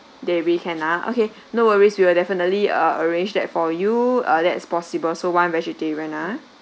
dairy can ah okay no worries we will definitely uh arrange that for you uh that is possible so one vegetarian ah